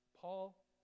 Paul